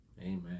Amen